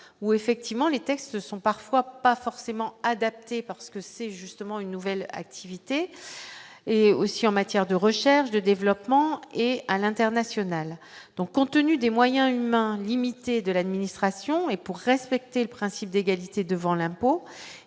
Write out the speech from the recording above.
où effectivement les textes sont parfois pas forcément adapté parce que c'est justement une nouvelle activité, et aussi en matière de recherche, de développement et à l'international, donc ont tenu des moyens humains limités de l'administration et pour respecter le principe d'égalité devant l'impôt,